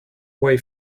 way